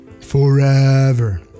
Forever